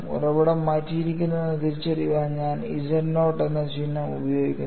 ഉറവിടം മാറ്റിയിരിക്കുന്നുവെന്ന് തിരിച്ചറിയാൻ ഞാൻ z നോട്ട് എന്ന ചിഹ്നം ഉപയോഗിക്കുന്നു